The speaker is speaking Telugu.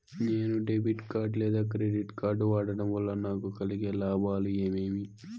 నేను డెబిట్ కార్డు లేదా క్రెడిట్ కార్డు వాడడం వల్ల నాకు కలిగే లాభాలు ఏమేమీ?